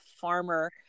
farmer